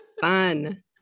Fun